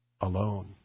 alone